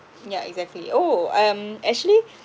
yeah exactly oh um actually